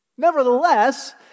Nevertheless